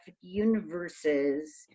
universes